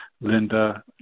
Linda